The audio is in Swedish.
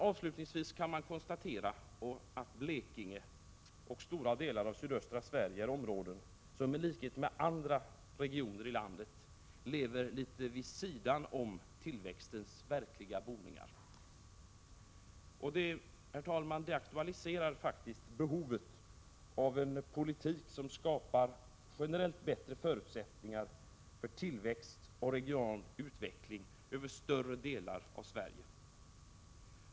Avslutningsvis kan man konstatera att Blekinge och stora delar av sydöstra Sverige är områden som i likhet med andra regioner i landet lever litet vid sidan om tillväxtens verkliga boningar. Herr talman! Det aktualiserar faktiskt behovet av en politik som skapar generellt bättre förutsättningar för tillväxt och regional utveckling över större delar av Sverige.